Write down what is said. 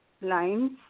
lines